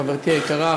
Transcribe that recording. חברתי היקרה,